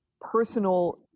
personal